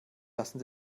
lassen